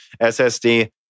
SSD